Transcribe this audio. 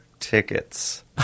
tickets